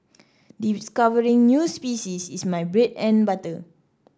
discovering new species is my bread and butter